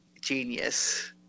genius